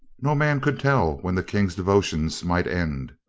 no man could tell when the king's devotions might end.